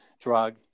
drug